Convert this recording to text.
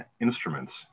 instruments